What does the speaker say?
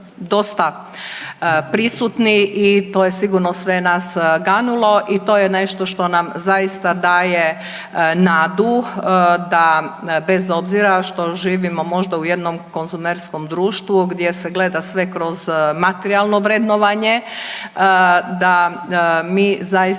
bili dosta prisutni i to je sigurno sve nas ganulo i to je nešto što nam zaista daje nadu da bez obzira što živimo možda u jednom konzumerskom društvu gdje se gleda sve kroz materijalno vrednovanje da mi zaista